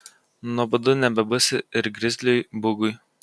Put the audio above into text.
nuobodu nebebus ir grizliui bugui